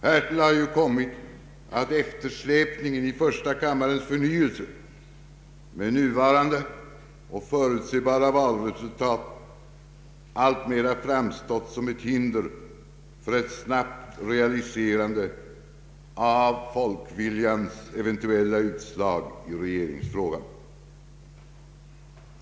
Härtill har ju kommit att eftersläpningen i första kammarens förnyelse med nuvarande och förutsebara valresultat alltmera framstått som ett hinder för ett snabbt realiserande av folkviljans eventuella utslag i regeringsfrågan.